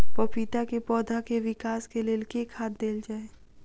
पपीता केँ पौधा केँ विकास केँ लेल केँ खाद देल जाए?